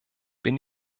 bin